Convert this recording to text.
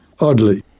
Oddly